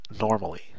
normally